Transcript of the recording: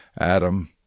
Adam